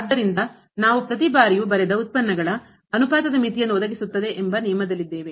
ಆದ್ದರಿಂದ ನಾವು ಪ್ರತಿ ಬಾರಿಯೂ ಬರೆದ ಉತ್ಪನ್ನಗಳ ಅನುಪಾತದ ಮಿತಿಯನ್ನು ಒದಗಿಸುತ್ತದೆ ಎಂಬ ನಿಯಮದಲ್ಲಿದೆ